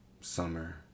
Summer